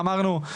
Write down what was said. אמרנו,